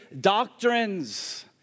doctrines